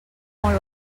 molt